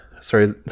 Sorry